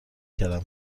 کردم